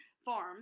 farm